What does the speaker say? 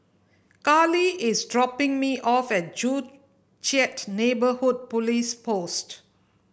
Carly is dropping me off at Joo Chiat Neighbourhood Police Post